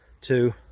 two